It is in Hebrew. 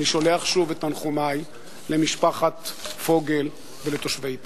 אני שולח שוב את תנחומי למשפחת פוגל ולתושבי איתמר.